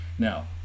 Now